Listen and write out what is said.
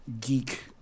geek